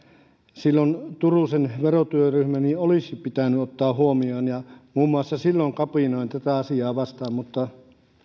silloin turusen verotyöryhmän olisi pitänyt ottaa tämä huomioon ja muun muassa silloin kapinoin tätä asiaa vastaan mutta